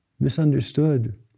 misunderstood